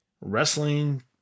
Wrestling